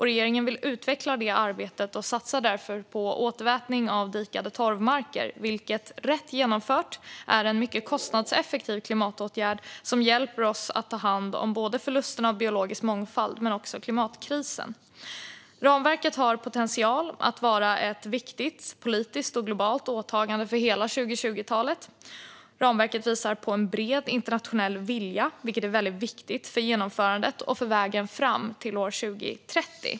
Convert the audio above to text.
Regeringen vill utveckla det arbetet och satsar därför på återvätning av dikade torvmarker, vilket rätt genomfört är en mycket kostnadseffektiv klimatåtgärd som hjälper oss att ta hand om både förlusten av biologisk mångfald och klimatkrisen. Ramverket har potential att vara ett viktigt politiskt och globalt åtagande för hela 2020-talet. Ramverket visar på en bred internationell vilja, vilket är väldigt viktigt för genomförandet och för vägen fram till år 2030.